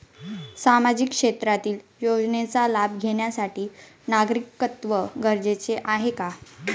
सामाजिक क्षेत्रातील योजनेचा लाभ घेण्यासाठी नागरिकत्व गरजेचे आहे का?